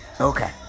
Okay